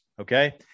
okay